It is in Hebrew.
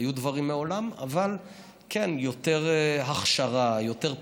היו דברים מעולם, אבל כן, יותר הכשרה, יותר פיקוח,